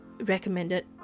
recommended